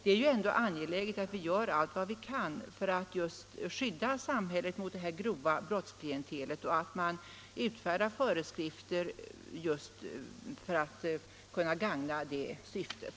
Det är ändå angeläget att vi gör vad vi kan just för att skydda samhället mot det här klientelet som har begått grova brott och utfärdar föreskrifter just för att kunna gagna det syftet.